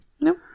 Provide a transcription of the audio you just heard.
No